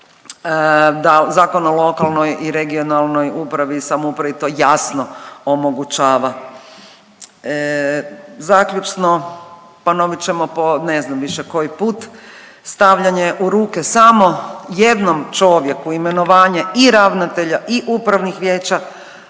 da Zakon o lokalnoj i regionalnoj upravi i samoupravi to jasno omogućava. Zaključno, ponovit ćemo po ne znam više koji put, stavljanje u ruke samo jednom čovjeku imenovanje i ravnatelja i upravnih vijeća